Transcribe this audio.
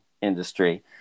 industry